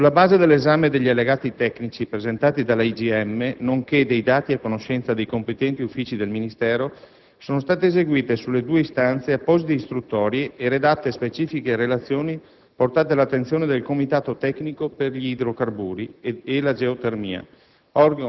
Sulla base dell'esame degli allegati tecnici presentati dalla IGM, nonché dei dati a conoscenza dei competenti uffici del Ministero, sono state eseguite sulle due istanze apposite istruttorie e redatte specifiche relazioni portate all'attenzione del comitato tecnico per gli idrocarburi e la geotermia,